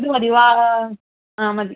ഇതു മതി വാ ആ മതി